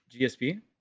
GSP